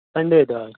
Sunday دۄہ حظ